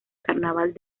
carnaval